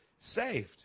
saved